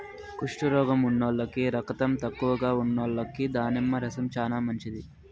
కుష్టు రోగం ఉన్నోల్లకి, రకతం తక్కువగా ఉన్నోల్లకి దానిమ్మ రసం చానా మంచిది